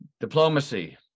diplomacy